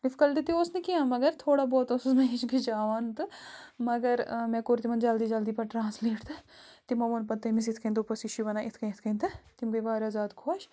difficult تہِ اوس نہٕ کیٚنٛہہ مگر تھوڑا بہت اوسُس بہٕ ہِچکِچاوان تہٕ مگر مےٚ کوٚر تِمَن جلدی جلدی پَتہٕ ٹرٛانسلیٹ تہٕ تِمو ووٚن پَتہٕ تٔمِس یِتھ کَنۍ دوٚپہَس یہِ چھُے وَنان یِتھ کَنۍ یِتھ کَنۍ تہٕ تِم گٔے واریاہ زیادٕ خۄش